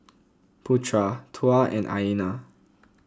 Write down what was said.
Putra Tuah and Aina